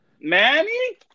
manny